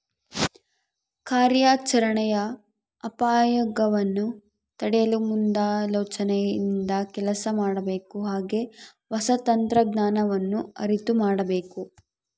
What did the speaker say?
ಕಾರ್ಯಾಚರಣೆಯ ಅಪಾಯಗವನ್ನು ತಡೆಯಲು ಮುಂದಾಲೋಚನೆಯಿಂದ ಕೆಲಸ ಮಾಡಬೇಕು ಹಾಗೆ ಹೊಸ ತಂತ್ರಜ್ಞಾನವನ್ನು ಅರಿತು ಮಾಡಬೇಕು